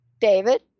David